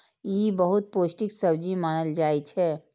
ई बहुत पौष्टिक सब्जी मानल जाइ छै